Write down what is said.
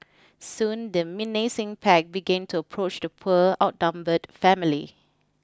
soon the menacing pack began to approach the poor outnumbered family